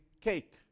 cake